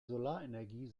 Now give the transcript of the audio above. solarenergie